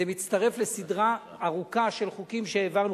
זה מצטרף לסדרה ארוכה של חוקים שהעברנו,